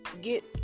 get